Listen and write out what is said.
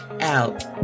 out